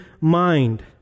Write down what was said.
mind